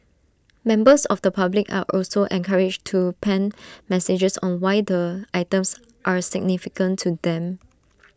members of the public are also encouraged to pen messages on why the items are significant to them